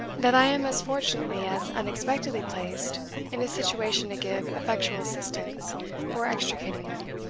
that i am as fortunately as unexpectedly placed in a situation to give effectual assistance for extricating them.